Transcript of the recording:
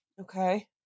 okay